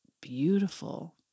beautiful